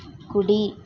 కుడి